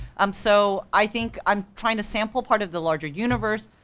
um so i think i'm trying to sample part of the larger universe,